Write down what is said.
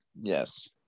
Yes